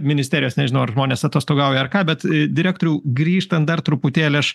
ministerijos nežinau ar žmonės atostogauja ar ką bet direktoriau grįžtant dar truputėlį aš